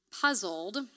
Puzzled